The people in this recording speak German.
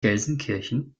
gelsenkirchen